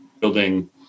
building